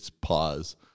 pause